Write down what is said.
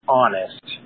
honest